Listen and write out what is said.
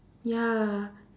ya